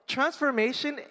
Transformation